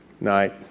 Night